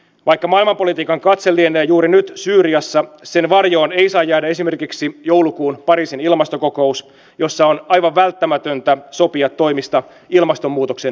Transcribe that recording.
vaikka maailmanpolitiikan katse lienee juuri nyt syyriassa sen varjoon ei saa jäädä esimerkiksi joulukuun pariisin ilmastokokous jossa on aivan välttämätöntä sopia toimista ilmastonmuutoksen hillitsemiseksi